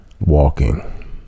Walking